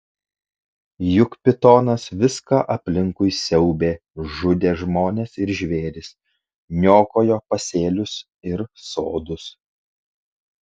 juk pitonas viską aplinkui siaubė žudė žmones ir žvėris niokojo pasėlius ir sodus